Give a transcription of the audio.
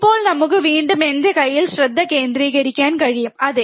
ഇപ്പോൾ നമുക്ക് വീണ്ടും എന്റെ കൈയിൽ ശ്രദ്ധ കേന്ദ്രീകരിക്കാൻ കഴിയും അതെ